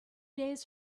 days